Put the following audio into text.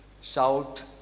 shout